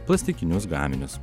plastikinius gaminius